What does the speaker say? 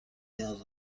نیاز